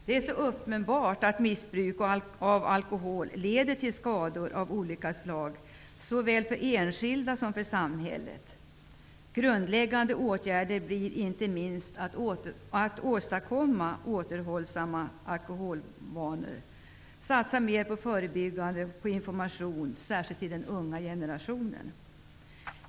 Det är uppenbart att missbruk av alkohol leder till skador av olika slag såväl för enskilda som för samhället. Grundläggande åtgärder blir inte minst att åstadkomma återhållsamma alkoholvanor och satsa mer på förebyggande insatser och på information -- särskilt till den unga generationen.